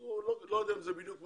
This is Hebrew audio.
לא אמרתי ברית המועצות שכבר לא קיימת.